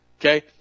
Okay